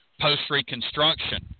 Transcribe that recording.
post-Reconstruction